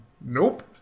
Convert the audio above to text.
Nope